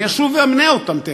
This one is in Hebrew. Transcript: אני אשוב ואמנה אותם תכף,